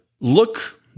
look